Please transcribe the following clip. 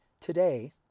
Today